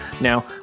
Now